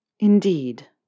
Indeed